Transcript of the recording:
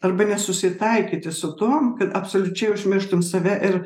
arba nesusitaikyti su tuom kad absoliučiai užmirštum save ir